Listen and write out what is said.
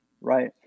right